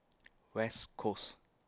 West Coast